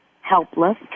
helpless